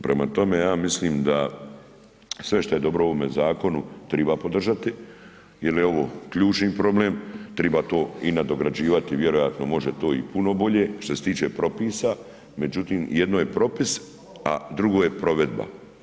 Prema tome, ja mislim da sve šta je dobro u ovome zakonu triba podržati jer je ovo ključni problem, treba to i nadograđivati vjerojatno može to i bolje što se tiče propisa, međutim jedno je propis, a drugo je provedba.